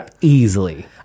easily